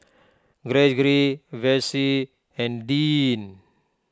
Gregory Vessie and Deeann